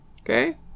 okay